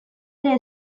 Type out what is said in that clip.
ere